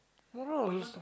moral